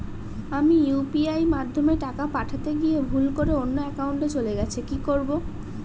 আমি ইউ.পি.আই মাধ্যমে টাকা পাঠাতে গিয়ে ভুল করে অন্য একাউন্টে চলে গেছে কি করব?